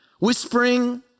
Whispering